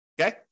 Okay